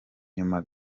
nyuma